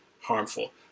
harmful